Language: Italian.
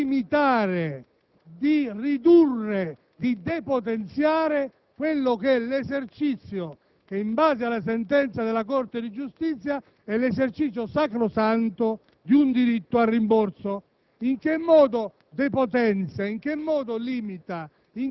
di censura: si preoccupa solo di limitare, di ridurre, di depotenziare quello che è, in base alla sentenza della Corte di giustizia, l'esercizio sacrosanto di un diritto al rimborso.